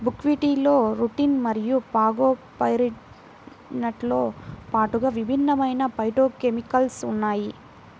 బుక్వీట్లో రుటిన్ మరియు ఫాగోపైరిన్లతో పాటుగా విభిన్నమైన ఫైటోకెమికల్స్ ఉన్నాయి